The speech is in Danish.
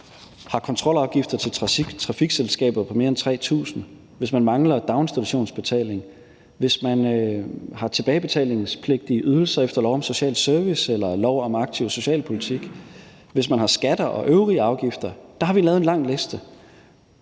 har kontrolafgifter til trafikselskaber på mere end 3.000 kr.; hvis man mangler daginstitutionsbetaling; hvis man har tilbagebetalingspligtige ydelser efter lov om social service eller lov om aktiv socialpolitik; hvis man har skatter og øvrige afgifter – der har vi lavet en lang liste.